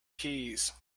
keys